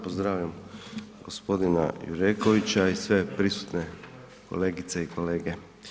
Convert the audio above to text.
Pozdravljam gospodina Jurekovića i sve prisutne kolegice i kolege.